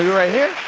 yeah right here?